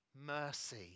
mercy